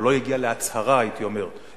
או לא הגיעה להצהרה משותפת,